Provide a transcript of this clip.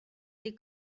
dir